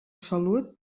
salut